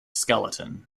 skeleton